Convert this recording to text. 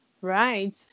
right